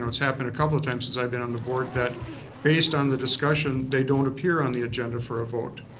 it's happened a couple of times since i been on the board that based on the discussion, they don't appear on the agenda for a vote.